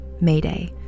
Mayday